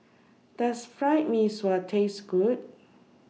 Does Fried Mee Sua Taste Good